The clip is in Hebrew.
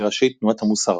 מראשי תנועת המוסר.